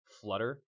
flutter